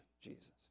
Jesus